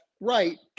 right